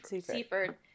Seaford